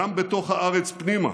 גם בתוך הארץ פנימה